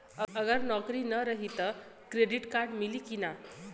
अगर नौकरीन रही त क्रेडिट कार्ड मिली कि ना?